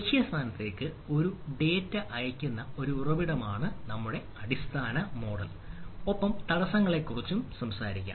ലക്ഷ്യസ്ഥാനത്തേക്ക് ഒരു ഡാറ്റ അയയ്ക്കുന്ന ഒരു ഉറവിടമാണ് നമ്മളുടെ അടിസ്ഥാന മോഡൽ ഒപ്പം തടസ്സങ്ങളെക്കുറിച്ച് സംസാരിക്കാം